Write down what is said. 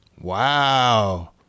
Wow